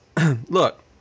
look